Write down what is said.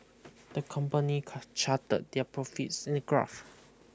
the company car charted their profits in a graph